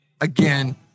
again